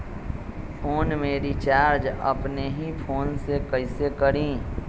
Phone में recharge अपने ही फ़ोन से कईसे करी?